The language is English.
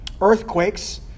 Earthquakes